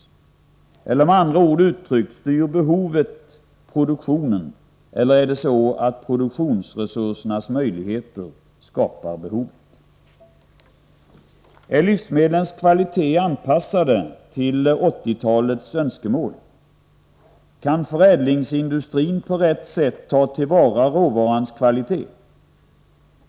Uttryckt med andra ord: Styr behovet produktionen, eller skapar produktionsresursernas möjligheter behov? Är livsmedlens kvalitet anpassad till 1980-talets önskemål? Kan förädlingsindustrin på rätt ” sätt ta till vara råvarans kvalitet?